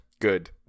Good